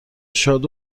شاد